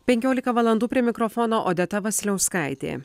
penkiolika valandų prie mikrofono odeta vasiliauskaitė